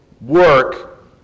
work